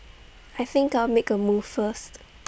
I think I'll make A move first